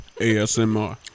ASMR